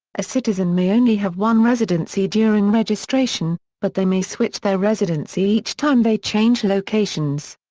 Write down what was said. a citizen may only have one residency during registration, but they may switch their residency each time they change locations.